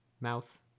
mouth